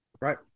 Right